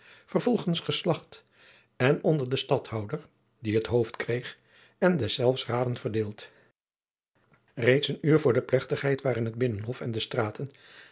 vervolgens geslacht en onder den stadhouder die t hoofd kreeg en deszelfs raden verdeeld reeds een uur voor de plechtigheid waren het binnenhof en de straten